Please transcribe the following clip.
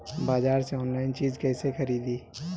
बाजार से आनलाइन चीज कैसे खरीदी?